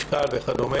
משקל וכדומה,